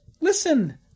Listen